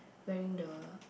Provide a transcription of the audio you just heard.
wearing the